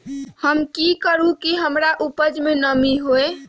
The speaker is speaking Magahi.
हम की करू की हमार उपज में नमी होए?